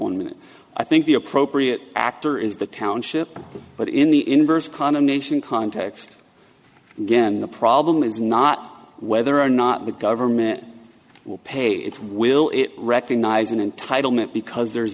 only i think the appropriate actor is the township but in the inverse condemnation context again the problem is not whether or not the government will pay it will it recognize an entitlement because there's